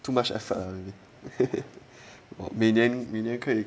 too much effort ah baby 每年可以